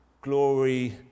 glory